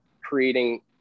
creating